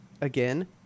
Again